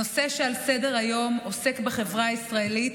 הנושא שעל סדר-היום עוסק בחברה הישראלית